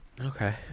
okay